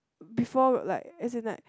before like as in like